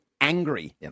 angry